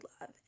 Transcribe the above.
love